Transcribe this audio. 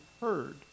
heard